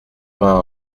vingt